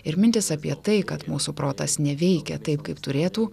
ir mintys apie tai kad mūsų protas neveikia taip kaip turėtų